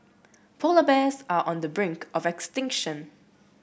polar bears are on the brink of extinction